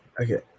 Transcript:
Okay